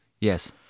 Yes